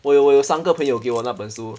我有我有三个朋友给我那本书